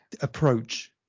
approach